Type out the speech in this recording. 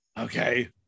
Okay